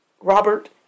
Robert